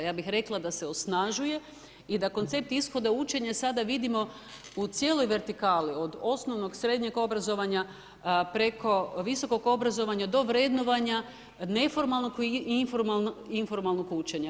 Ja bih rekla da se osnažuje i da koncept ishoda učenja sada vidimo u cijeloj vertikali od osnovnog, srednjeg obrazovanja preko visokog obrazovanja do vrednovanja neformalnog informalnog učenja.